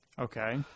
Okay